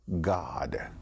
God